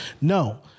No